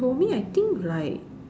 for me I think like